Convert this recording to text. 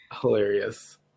hilarious